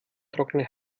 trockene